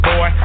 Boy